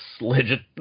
legit